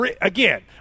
again